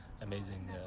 amazing